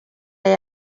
yari